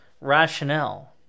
Rationale